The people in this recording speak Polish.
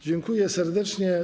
Dziękuję serdecznie.